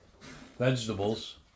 vegetables